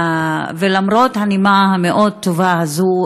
ולמרות הנימה המאוד-טובה הזאת,